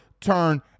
turn